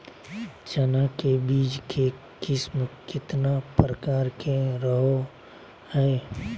चना के बीज के किस्म कितना प्रकार के रहो हय?